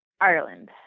Ireland